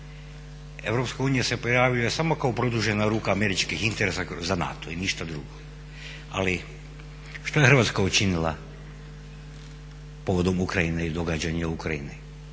Europska unija se pojavljuje samo kao produžena ruka američkih interesa … i ništa drugo. Ali što je Hrvatska učinila povodom Ukrajine i događa u Ukrajini?